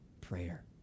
prayer